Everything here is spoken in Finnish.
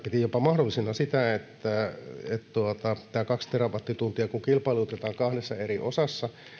piti mahdollisena jopa sitä että kun tämä kaksi terawattituntia kilpailutetaan kahdessa eri osassa